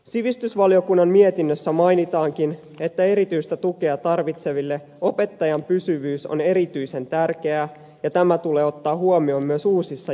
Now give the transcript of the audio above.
sivistysvaliokunnan mietinnössä mainitaankin että erityistä tukea tarvitseville opettajan pysyvyys on erityisen tärkeää ja tämä tulee ottaa huomioon myös uusissa järjestämistavoissa